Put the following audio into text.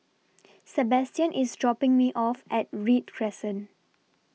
Sabastian IS dropping Me off At Read Crescent